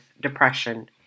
depression